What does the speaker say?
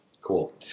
Cool